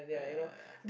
but yeah